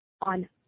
on